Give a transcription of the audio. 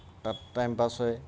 তাত টাইমপাছ হয়